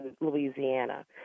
Louisiana